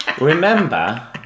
remember